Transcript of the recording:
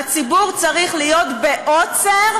הציבור צריך להיות בעוצר.